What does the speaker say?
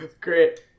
Great